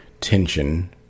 tension